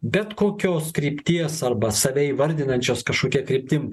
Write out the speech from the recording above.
bet kokios krypties arba save įvardinančios kažkokia kryptim